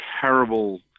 terrible